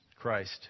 Christ